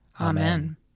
Amen